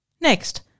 Next